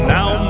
Now